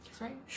right